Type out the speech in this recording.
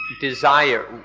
desire